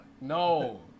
No